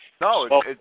No